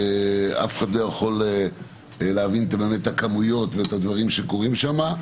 אף אחד לא יכול להבין את הכמויות ואת מה שקורה שם,